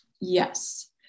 Yes